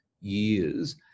years